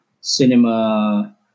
cinema